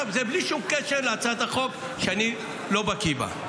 זה בלי שום קשר להצעת החוק, שאני לא בקי בה.